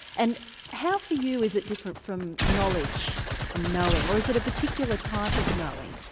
and how for you is it different from knowledge and knowing. or is it a particular type of knowing.